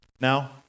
Now